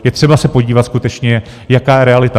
Je třeba se podívat skutečně, jaká je realita.